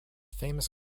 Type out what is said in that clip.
famous